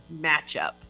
matchup